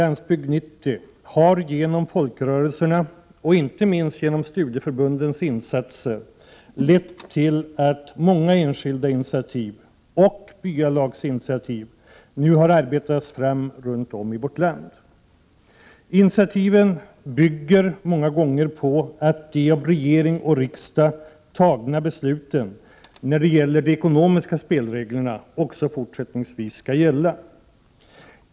Landsbygd 90 — har genom folkrörelserna, inte minst genom studieförbundens insatser, lett till att många enskilda initiativ — och byalagsinitiativ — nu har arbetats fram runtom i vårt land. Initiativen bygger många gånger på att de av regering och riksdag tagna besluten när det gäller ekonomiska spelregler också fortsättningsvis skall gälla.